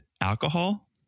alcohol